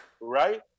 right